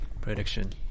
prediction